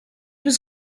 was